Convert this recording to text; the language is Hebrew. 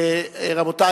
רבותי,